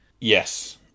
Yes